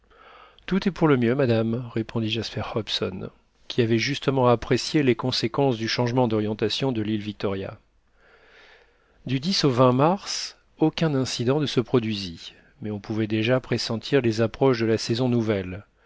tout est pour le mieux madame répondit jasper hobson qui avait justement apprécié les conséquences du changement d'orientation de l'île victoria du au mars aucun incident ne se produisit mais on pouvait déjà pressentir les approches de la saison nouvelle